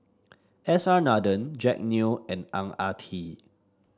S R Nathan Jack Neo and Ang Ah Tee